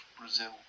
Brazil